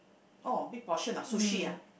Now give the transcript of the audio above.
oh big portion ah sushi [ah[